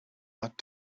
that